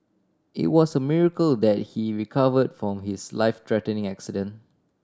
it was a miracle that he recovered from his life threatening accident